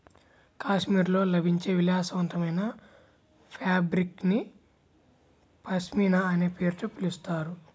కాశ్మీర్లో లభించే విలాసవంతమైన ఫాబ్రిక్ ని పష్మినా అనే పేరుతో పిలుస్తారు